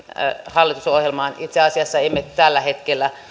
hallitusohjelmaan itse asiassa emme tällä hetkellä